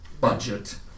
budget